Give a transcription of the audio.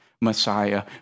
Messiah